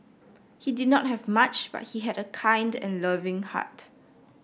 he did not have much but he had a kind and loving heart